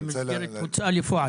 אני מזכיר את ההוצאה לפועל.